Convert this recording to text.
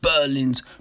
Berlin's